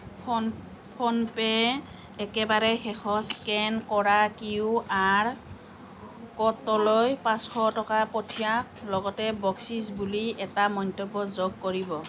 phone PhonePe' একেবাৰে শেষত scan কৰা কিউআৰ ক'ডটোলৈ পাঁচশ টকা পঠিয়াওক লগতে বকচিচ বুলি এটা মন্তব্য যোগ কৰিব